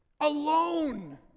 alone